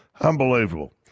Unbelievable